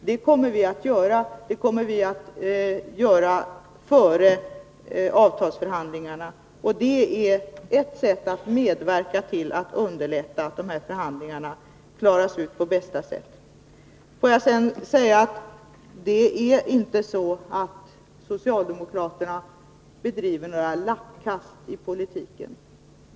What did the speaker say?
Det kommer vi att göra före avtalsförhandlingarna. Det är en väg att gå för att medverka till att de underlättas och kan genomföras på bästa sätt. Låt mig sedan säga att det inte är så att socialdemokraterna har gjort några lappkast i politiken.